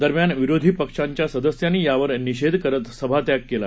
दरम्यान विरोधी पक्षाच्या सदस्यांनी यावर निषेध करत सभात्याग केला